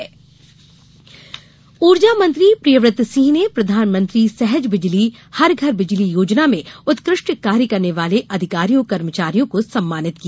सौभाग्य योजना ऊर्जा मंत्री प्रियव्रत सिंह ने प्रधानमंत्री सहज बिजली हर घर बिजली योजना में उत्कृष्ट कार्य करने वाले अधिकारियों कर्मचारियों को सम्मानित किया